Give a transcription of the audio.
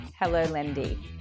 HelloLendy